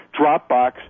Dropbox